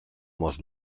was